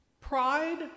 Pride